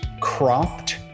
cropped